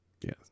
Yes